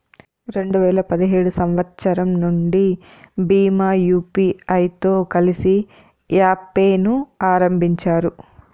రెండు వేల పదిహేడు సంవచ్చరం నుండి భీమ్ యూపీఐతో కలిసి యెస్ పే ను ఆరంభించారు